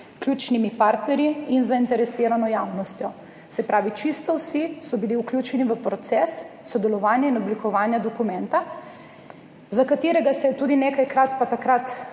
ključnimi partnerji in zainteresirano javnostjo. Se pravi, čisto vsi so bili vključeni v proces sodelovanja in oblikovanja dokumenta, za katerega se je tudi nekajkrat … Takrat